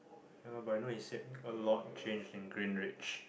ya lor but I know his head a lot change in green rage